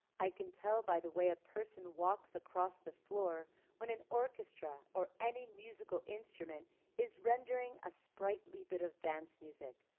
i can tell by the way a person walks across the floor when an orchestra or any musical instrument is rendering a sprightly bit of dance music,